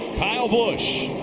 kyle busch,